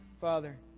Father